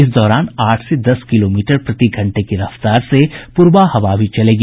इस दौरान आठ से दस किलोमीटर प्रति घंटे की रफ्तार से पूरवा हवा भी चलेगी